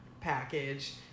package